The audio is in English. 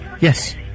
Yes